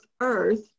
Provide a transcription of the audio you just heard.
earth